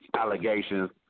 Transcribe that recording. allegations